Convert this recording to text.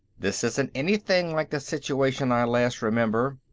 this isn't anything like the situation i last remember.